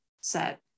set